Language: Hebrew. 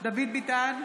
דוד ביטן,